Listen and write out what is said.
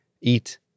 eat